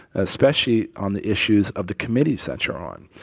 especially on the issues of the committees that you're on.